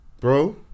bro